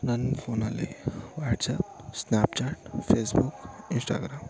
ನನ್ನ ಫೋನಲ್ಲಿ WhatsApp Snapchat Facebook Instagram